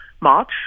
March